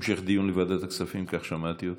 המשך דיון בוועדת הכספים, כך שמעתי אותך.